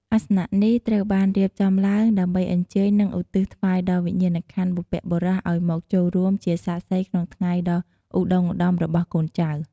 អាសនៈនេះត្រូវបានរៀបចំឡើងដើម្បីអញ្ជើញ និងឧទ្ទិសថ្វាយដល់វិញ្ញាណក្ខន្ធបុព្វបុរសឲ្យមកចូលរួមជាសាក្សីក្នុងថ្ងៃដ៏ឧត្តុង្គឧត្តមរបស់កូនចៅ។